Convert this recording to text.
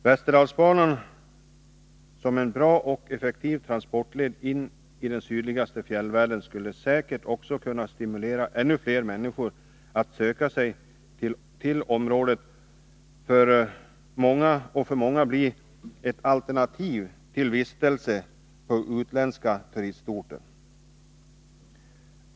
Västerdalsbanan som en bra och effektiv transportled in i den sydligaste fjällvärlden skulle säkert också kunna stimulera ännu fler människor att söka sig till området och för många kunna bli ett alternativ till vistelse på utländska turistorter.